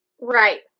Right